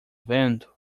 vento